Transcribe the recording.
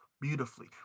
beautifully